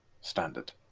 standard